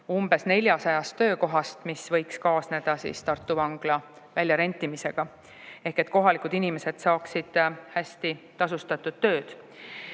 umbes 400 töökohast, mis võiks kaasneda Tartu vangla väljarentimisega, ehk kohalikud inimesed saaksid hästi tasustatud tööd.